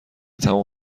تمام